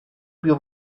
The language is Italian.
più